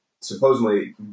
supposedly